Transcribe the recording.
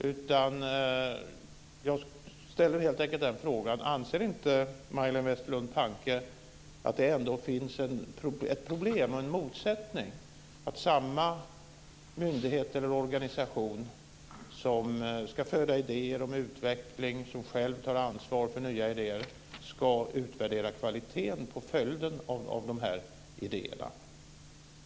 Jag ställer helt enkelt följande fråga: Anser inte Majléne Westerlund Panke att det ändå finns en motsättning i att samma myndighet eller organisation som ska föda idéer om utveckling och som själv tar ansvar för nya idéer ska utvärdera kvaliteten på följden av de här idéerna?